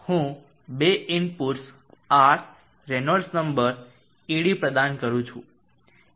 અને હું બે inputs R Reynolds number ed પ્રદાન કરું છું